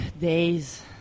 days